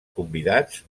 convidats